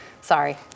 Sorry